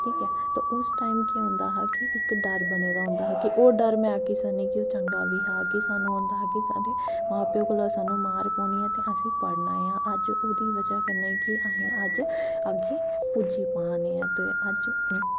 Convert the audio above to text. ठीक ऐ ते उस टाइम केह् होंदा हा कि इक डर बने दा होंदा हा ते ओह् डर में आक्खी सकनी कि ओह् चंगा बी हा केह् सानूं होंदा हा कि साढ़े मां प्यो कोला सानूं मार पौनी ऐ ते असीं पढ़ना ऐ ते अज्ज ओह्दी बजह् कन्नै कि असीं अज्ज अग्गें पुज्जी पा ने आं ते अज्ज